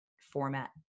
format